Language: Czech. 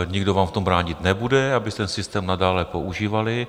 Nikdo vám v tom bránit nebude, abyste ten systém nadále používali.